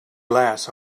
glass